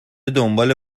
دنباله